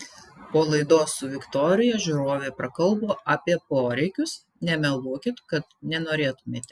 po laidos su viktorija žiūrovė prakalbo apie poreikius nemeluokit kad nenorėtumėte